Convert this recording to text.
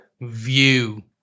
view